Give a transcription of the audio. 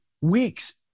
weeks